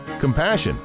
compassion